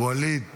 ווליד טאהא,